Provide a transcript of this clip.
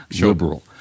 liberal